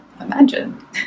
Imagine